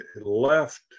left